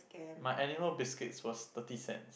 my animal biscuit was thirty cent